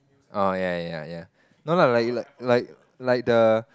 oh ya ya ya no no like like like the